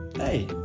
Hey